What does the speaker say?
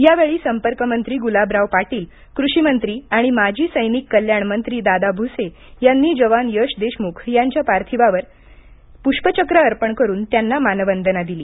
यावेळी संपर्क मंत्री गुलाबराव पाटील कृषी मंत्री आणि माजी सैनिक कल्याण मंत्री दादा भुसे यांनी जवान यश देशमुख यांच्या पार्थिव देहावर पुष्पचक्र अर्पण करुन त्यांना मानवंदना दिली